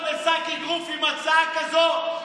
אבל להפוך אותם לשק אגרוף עם הצעה כזאת,